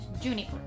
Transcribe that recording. juniper